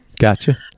gotcha